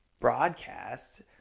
broadcast